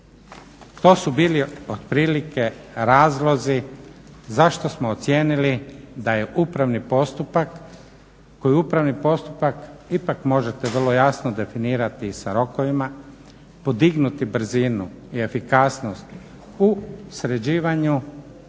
to su bili otprilike razlozi zašto smo ocijenili da je upravni postupak koji upravni postupak ipak možete vrlo jasno definirati sa rokovima, podignuti razinu i efikasnost u sređivanju